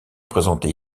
présentée